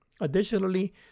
Additionally